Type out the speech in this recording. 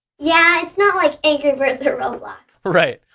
yeah, it's not like angry pirates or roblox. right.